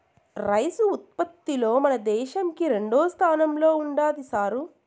rice ఉత్పత్తిలో మన దేశంకి రెండోస్థానం ఉండాది సారూ